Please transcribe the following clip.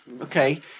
Okay